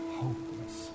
hopeless